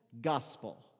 Gospel